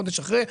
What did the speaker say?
חודש אחרי,